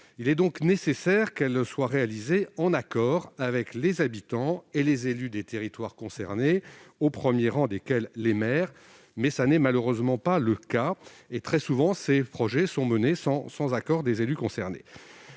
Il est donc nécessaire que ces installations soient réalisées en accord avec les habitants et les élus des territoires concernés, au premier rang desquels figurent les maires. Ce n'est malheureusement pas le cas ; très souvent, ces projets sont menés sans l'accord des élus concernés.